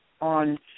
on